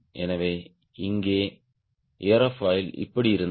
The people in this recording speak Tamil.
எனவே இங்கே ஏரோஃபைல் இப்படி இருந்தது